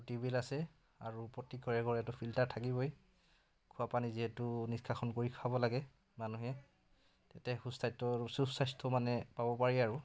tubewell আছে আৰু প্ৰতি ঘৰে ঘৰেতো ফিল্টাৰ থাকিবই খোৱা পানী যিহেতু নিষ্কাশন কৰি খাব লাগে মানুহে তেতিয়া সুস্বাথ্য সুস্বাস্থ্য মানে পাব পাৰি আৰু